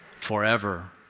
Forever